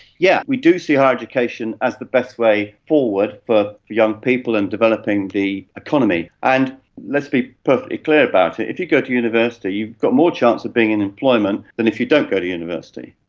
yeah we do see higher education as the best way forward for young people and developing the economy. and let's be perfectly clear about it, if you go to university you've got more chance of being in employment than if you don't go to university.